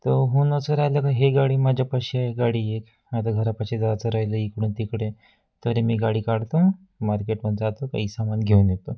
तो हून असं राहिलं का हे गाडी माझ्यापाशी आहे गाडी आहे आता घरापाशी जायचं राहिलं इकडून तिकडे तरी मी गाडी काढतो मार्केटमध्ये जातो काही सामान घेऊन येतो